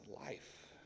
life